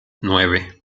nueve